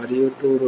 మరియు 2y